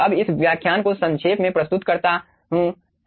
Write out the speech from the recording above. अब इस व्याख्यान को संक्षेप में प्रस्तुत करता है हमने जो किया है